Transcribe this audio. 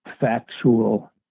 factual